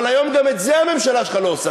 אבל היום גם את זה הממשלה שלך לא עושה,